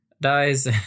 dies